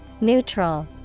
Neutral